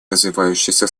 развивающихся